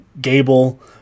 Gable